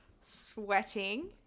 sweating